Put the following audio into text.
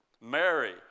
Mary